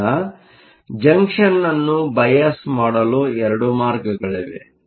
ಈಗ ಜಂಕ್ಷನ್ ಅನ್ನು ಬಯಾಸ್ ಮಾಡಲು 2 ಮಾರ್ಗಗಳಿವೆ